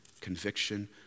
conviction